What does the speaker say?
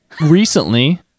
recently